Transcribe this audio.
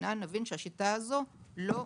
כמדינה נבין שהשיטה הזו לא עובדת.